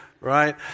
right